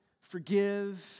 forgive